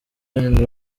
one